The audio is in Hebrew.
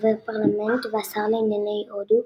חבר פרלמנט והשר לענייני הודו,